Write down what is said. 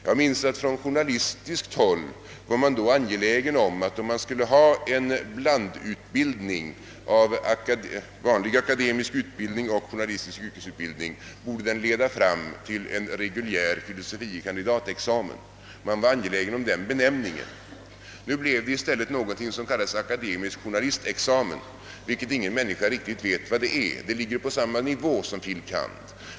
Jag minns att man från journalisthåll var angelägen att poängtera att om man skulle införa en blandutbildning bestående av vanlig akademisk utbildning och journalistisk yrkesutbildning, så borde den leda fram till en reguljär filosofie kandidatexamen. Man var angelägen om den benämningen. Nu blev det i stället någonting som kallades akademisk journalistexamen, vilket ingen människa riktigt vet vad det är. Den ligger på samma nivå som fil. kand.